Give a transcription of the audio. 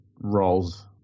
roles